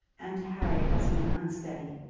and harry has been unsteady.